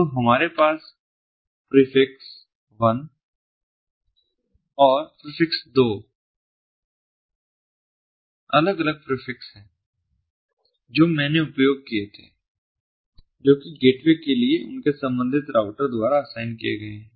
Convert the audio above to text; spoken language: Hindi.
तो हमारे पास प्रीफ़िक्स 1 और प्रीफ़िक्स 2 दो अलग अलग प्रीफ़िक्स हैं जो मैंने उपयोग किए थे जो कि गेटवे के लिए उनके संबंधित राउटर द्वारा असाइन किए गए हैं